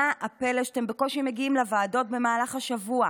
מה הפלא שאתם בקושי מגיעים לוועדות במהלך השבוע?